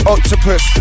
Octopus